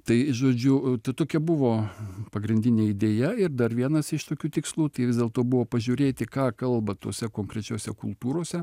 tai žodžiu ta tokia buvo pagrindinė idėja ir dar vienas iš tokių tikslų vis dėlto buvo pažiūrėti ką kalba tose konkrečiose kultūrose